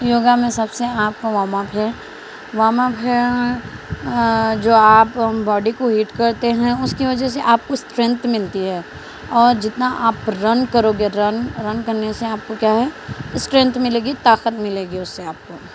یوگا میں سب سے آپ کو وارم اپ ہے وارم اپ ہے جو آپ باڈی کو ہیٹ کرتے ہیں اس کی وجہ سے آپ کو اسٹرینگتھ ملتی ہے اور جتنا آپ رن کروگے رن رن کرنے سے آپ کو کیا ہے اسٹرینگتھ ملے گی طاقت ملے گی اس سے آپ کو